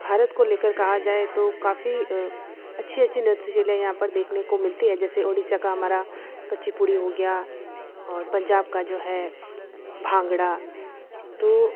भारत को लेकर कहा जाए तो काफ़ी अच्छी अच्छी नृत्य शैलियाँ यहाँ पर देखने को मिलती हैं जैसे ओड़िशा का हमारा कुचिपुड़ी हो गया और पंजाब का जो है भांगड़ा तो